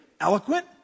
eloquent